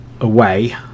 away